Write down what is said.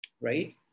right